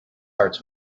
hearts